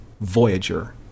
Voyager